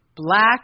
Black